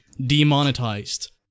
Demonetized